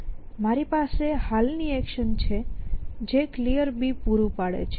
મારી પાસે હાલની એક્શન છે જે Clear પૂરું પાડે છે